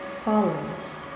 follows